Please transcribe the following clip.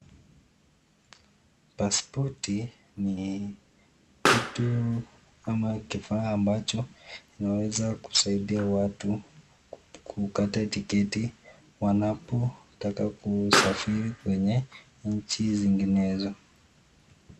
Paspoti ni kitu ama kifaa ambacho inaweza kusaidia watu kukata tiketi wanapotaka kusafiri kwenye nchi zinginezo.